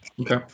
Okay